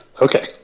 okay